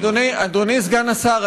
אדוני סגן השר,